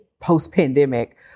post-pandemic